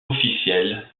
officielles